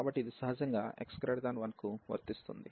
కాబట్టి ఇది సహజంగా x 1 కు వర్తిస్తుంది